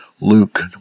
Luke